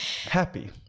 happy